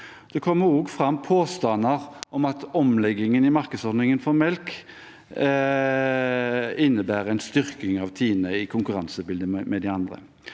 Det kommer også fram påstander om at omleggingen i markedsordningen for melk innebærer en styrking av TINE i konkurransebildet med de andre.